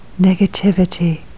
negativity